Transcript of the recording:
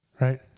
Right